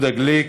יהודה גליק,